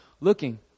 looking